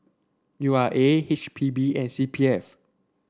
U R A H P B and C P F